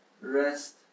rest